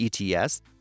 ETS